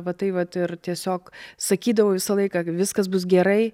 va tai vat ir tiesiog sakydavau visą laiką viskas bus gerai